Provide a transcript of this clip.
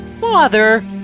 Father